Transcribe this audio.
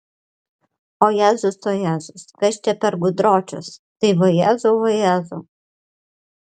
o jėzus o jėzus kas čia per gudročius tai vajezau vajezau